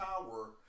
power